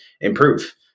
improve